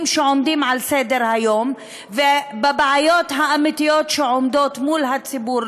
שעומדים על סדר-היום ובבעיות האמיתיות שעומדות בפני הציבור,